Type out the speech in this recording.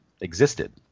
existed